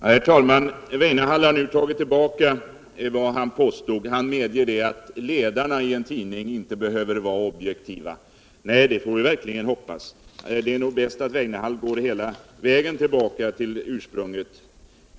Herr talman! Lars Weinehall har nu tagit tillbaka vad han påstod. Han medger utt ledarna i en tidning inte behöver vara objektiva. Nej, det får vi verkligen hoppas. Det är nog bäst att herr Weinehall går hela vägen tillbaka till sanningen.